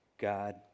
God